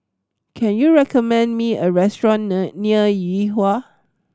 can you recommend me a restaurant near Yuhua